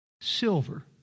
Silver